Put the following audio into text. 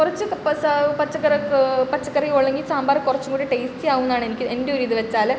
കുറച്ച് പെസാ പച്ചക്കറി പച്ചക്കറി ഉള്ളെങ്കിൽ സാമ്പാറ് കുറച്ചും കൂടെ ടേസ്റ്റി ആകുംന്നാണ് എനിക്ക് എൻ്റെ ഒര് ഇത് വെച്ചാൽ